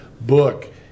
book